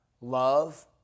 love